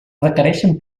requereixen